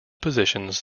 positions